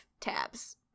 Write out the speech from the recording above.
tabs